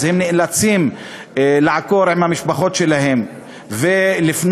אז הם נאלצים לעקור עם המשפחות שלהם ולפנות.